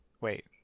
wait